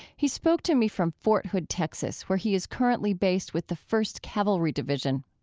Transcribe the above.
he spoke to me from fort hood, texas, where he is currently based with the first cavalry division.